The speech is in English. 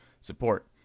support